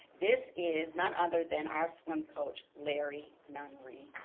this is none other than our swim coach, larry nunnery.